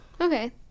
Okay